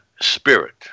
spirit